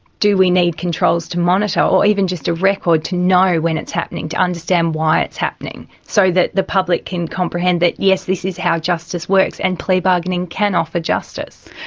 do we need controls to monitor, or even just a record to know when it's happening, to understand why it's happening, so that the public can comprehend that yes, this is how justice works, and plea bargaining can offer justice?